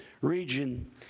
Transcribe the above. region